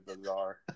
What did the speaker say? bizarre